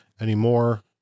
anymore